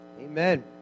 Amen